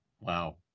Wow